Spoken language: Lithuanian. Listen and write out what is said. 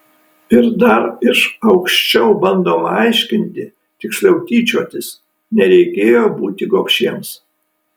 ir dar iš aukščiau bandoma aiškinti tiksliau tyčiotis nereikėjo būti gobšiems